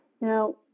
Now